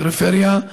הפריפריה,